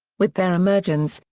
with their emergence,